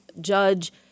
judge